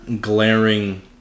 glaring